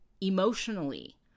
emotionally